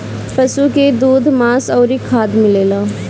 पशु से दूध, मांस अउरी खाद मिलेला